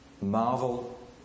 marvel